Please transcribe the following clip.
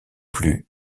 plus